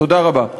תודה רבה.